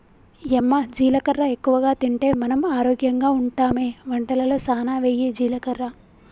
యమ్మ జీలకర్ర ఎక్కువగా తింటే మనం ఆరోగ్యంగా ఉంటామె వంటలలో సానా వెయ్యి జీలకర్ర